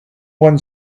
one